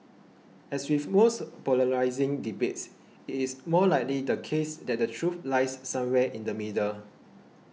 as with most polarising debates it is most likely the case that the truth lies somewhere in the middle